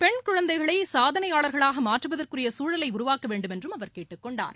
பெண் குழந்தைகளை சாதனையாளர்களாக மாற்றுவதற்குரிய சூழலை உருவாக்க வேண்டுமென்றும் அவர் கேட்டுக் கொண்டார்